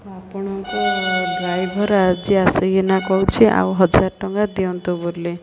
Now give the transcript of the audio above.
ଆପଣଙ୍କ ଡ୍ରାଇଭର ଆଜି ଆସିକିନା କହୁଛି ଆଉ ହଜାର ଟଙ୍କା ଦିଅନ୍ତୁ ବୋଲି